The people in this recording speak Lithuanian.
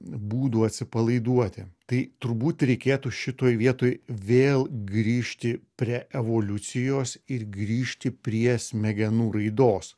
būdų atsipalaiduoti tai turbūt reikėtų šitoj vietoj vėl grįžti prie evoliucijos ir grįžti prie smegenų raidos